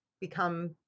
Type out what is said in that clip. become